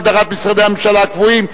הגדרת משרדי ממשלה קבועים),